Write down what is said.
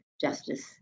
Justice